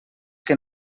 que